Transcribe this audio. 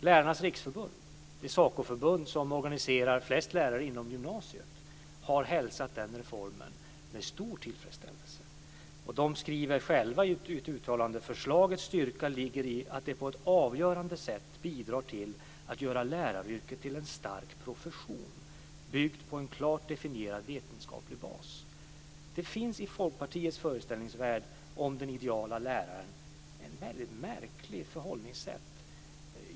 Lärarnas Riksförbund, det SACO förbund som organiserar flest lärare inom gymnasiet, har hälsat reformen med stor tillfredsställelse. De skriver själva i ett uttalande: Förslagets styrka ligger i att det på ett avgörande sätt bidrar till att göra läraryrket till en stark profession, byggd på en klart definierad vetenskaplig bas. Det finns i Folkpartiets föreställningsvärld om den ideala läraren ett mycket märkligt förhållningssätt.